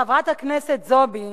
חברת הכנסת זועבי